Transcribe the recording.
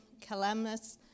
calamus